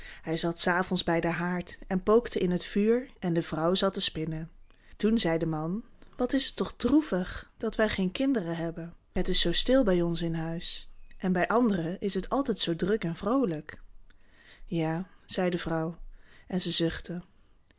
hij zat s avonds bij den haard en pookte in het vuur en de vrouw zat te spinnen toen zei de man wat is het toch droevig dat wij geen kinderen hebben het is zoo stil bij ons in huis en bij anderen is het altijd zoo druk en vroolijk ja zeide de vrouw en ze